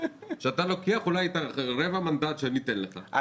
שאתה לוקח אולי את רבע המנדט שניתן לך,